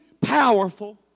powerful